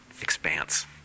expanse